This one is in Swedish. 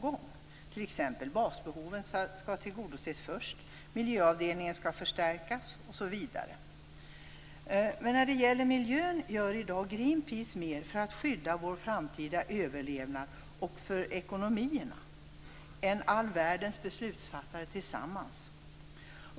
T.ex. skall basbehoven tillgodoses först, miljöavdelningar skall förstärkas osv. Men i fråga om miljön gör Greenpeace i dag mer för att skydda vår framtida överlevnad och för ekonomierna än all världens beslutsfattare tillsammans.